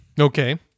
Okay